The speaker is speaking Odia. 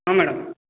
ହଁ ମ୍ୟାଡ଼ାମ